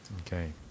Okay